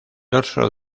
dorso